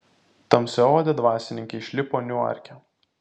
tamsiaodė dvasininkė išlipo niuarke